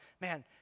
man